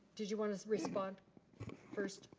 did you wanna respond first?